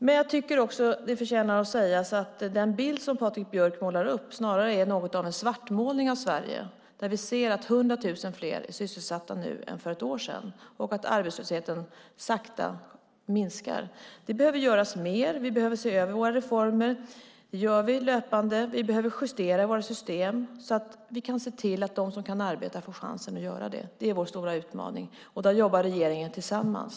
Men jag tycker också att det förtjänar att sägas att den bild som Patrik Björck målar upp snarare är något av en svartmålning av Sverige. Vi ser att 100 000 fler är sysselsatta nu än för ett år sedan och att arbetslösheten sakta minskar. Det behöver göras mer. Vi behöver se över våra reformer. Det gör vi löpande. Vi behöver justera i våra system, så att vi kan se till att de som kan arbeta får chansen att göra det. Det är vår stora utmaning, och där jobbar vi i regeringen tillsammans.